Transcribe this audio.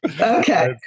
Okay